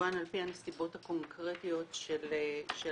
כמובן על פי הנסיבות הקונקרטיות של הפונה.